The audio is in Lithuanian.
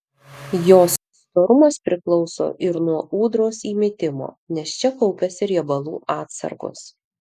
jos storumas priklauso ir nuo ūdros įmitimo nes čia kaupiasi riebalų atsargos